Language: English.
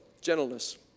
Gentleness